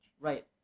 right